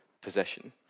possession